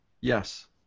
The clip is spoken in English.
Yes